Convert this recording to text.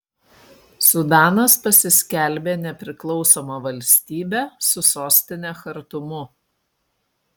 sudanas pasiskelbė nepriklausoma valstybe su sostine chartumu